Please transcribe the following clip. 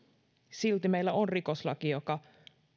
silti meillä on rikoslaki joka